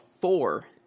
four